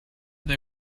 they